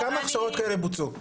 כמה הכשרות כאלה בוצעו?